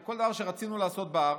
שכל דבר שרצינו לעשות בהר,